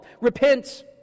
repent